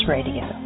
Radio